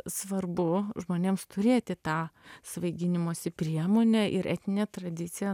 svarbu žmonėms turėti tą svaiginimosi priemonę ir etninė tradicija